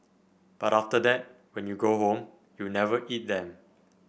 but after that when you go home you never eat them